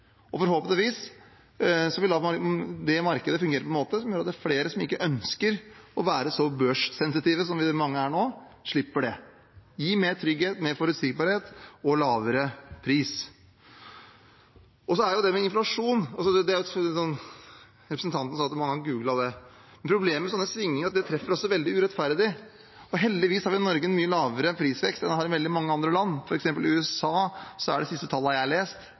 Forhåpentligvis vil det markedet fungere på en måte som gjør at flere som ikke ønsker å være så børssensitive som mange er nå, slipper det. Det gir mer trygghet, mer forutsigbarhet og lavere pris. Så er det det med inflasjon, representanten sa at man har googlet det. Problemet med sånne svingninger er at de også treffer veldig urettferdig. Heldigvis har vi i Norge mye lavere prisvekst enn man har i veldig mange andre land. I f.eks. USA er de siste tallene jeg har lest, på 8,5 pst. – en voldsom inflasjon. I EU er de siste tallene jeg har lest,